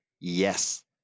Yes